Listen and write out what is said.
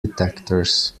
detectors